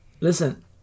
listen